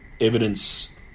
evidence